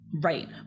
right